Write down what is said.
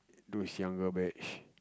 those younger batch